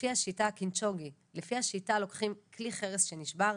לפי השיטה לוקחים כלי חרס שנשבר,